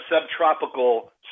subtropical